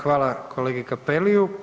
Hvala kolegi Cappelliju.